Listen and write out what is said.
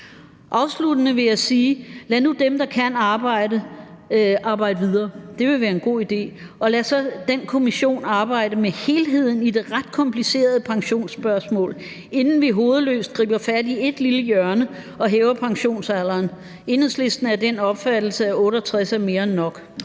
Afsluttende vil jeg sige: Lad nu dem, der kan arbejde, arbejde videre. Det vil være en god idé, og lad så den kommission arbejde med helheden i det ret komplicerede pensionsspørgsmål, inden vi hovedløst griber fat i et lille hjørne og hæver pensionsalderen. Enhedslisten er af den opfattelse, at 68 år er mere end nok.